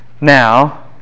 Now